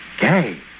Gay